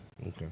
Okay